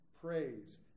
praise